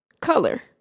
color